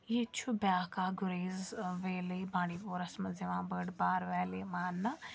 ییٚتہِ چھُ بیٛاکھ اَکھ گُریز ویلی بانٛڈی پورَس منٛز یِوان بٔڑ بار ویلی ماننہٕ